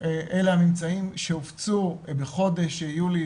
מופיעים הממצאים שהופצו בחודש יולי